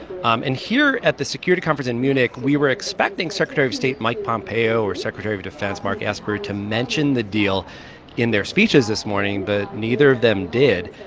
um and here at the security conference in munich, we were expecting secretary of state mike pompeo or secretary of defense mark esper to mention the deal in their speeches this morning. but neither of them did.